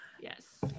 Yes